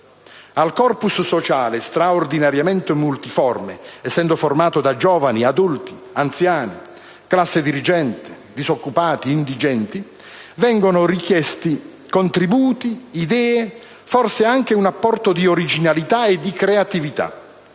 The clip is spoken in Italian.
Al *corpus* sociale, straordinariamente multiforme, essendo formato da giovani, adulti, anziani, classe dirigente, disoccupati, indigenti, vengono richiesti contributi, idee e, forse, anche un apporto di originalità e di creatività.